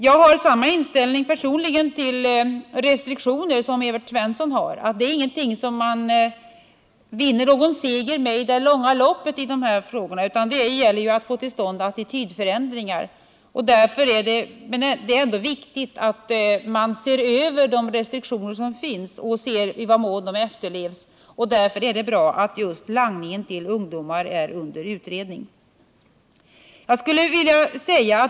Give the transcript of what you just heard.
Jag har personligen samma inställning till restriktioner som Evert Svensson har, nämligen att restriktioner inte är någonting som man vinner seger med i det långa loppet, utan att vad det gäller är att få till stånd attitydförändringar i den här frågan. Det är ändå viktigt att man ser över de restriktioner som finns och undersöker i vad mån de efterlevs. Därför är det bra att just langningen till ungdomar är under utredning.